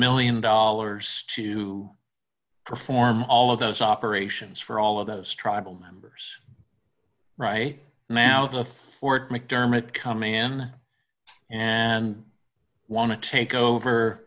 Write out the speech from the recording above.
million dollars to perform all of those operations for all of those tribal members right now the court macdermott come in and want to take over